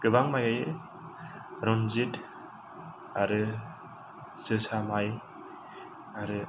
गोबां माइ गायो रनजित आरो जोसा माइ आरो